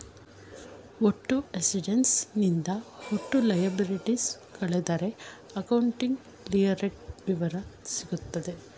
ಒಟ್ಟು ಅಸೆಟ್ಸ್ ನಿಂದ ಒಟ್ಟು ಲಯಬಲಿಟೀಸ್ ಕಳೆದರೆ ಅಕೌಂಟಿಂಗ್ ಲಿವರೇಜ್ಡ್ ವಿವರ ಸಿಗುತ್ತದೆ